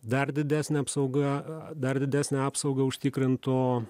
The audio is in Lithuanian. dar didesnė apsauga dar didesnę apsaugą užtikrintų